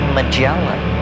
Magellan